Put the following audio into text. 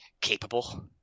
capable